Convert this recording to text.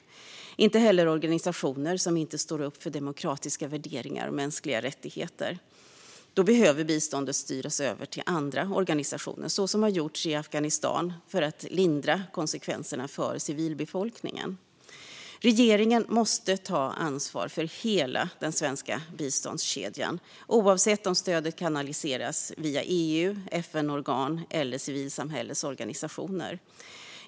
Det ska inte heller organisationer som inte står upp för demokratiska värderingar och mänskliga rättigheter. Då behöver biståndet styras över till andra organisationer, så som har gjorts i Afghanistan för att lindra konsekvenserna för civilbefolkningen. Regeringen måste ta ansvar för hela den svenska biståndskedjan, oavsett om stödet kanaliseras via EU, FN-organ eller civilsamhällesorganisationer.